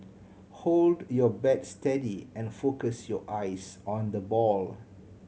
hold your bat steady and focus your eyes on the ball